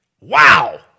Wow